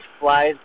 flies